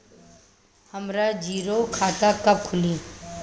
हमरा जीरो खाता कब खुली?